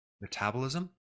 metabolism